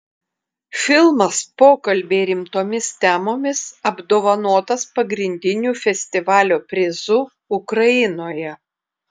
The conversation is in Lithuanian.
filmas pokalbiai rimtomis temomis apdovanotas pagrindiniu festivalio prizu ukrainoje